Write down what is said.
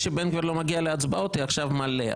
ברגע שבן גביר לא מגיע להצבעות, היא עכשיו מלא.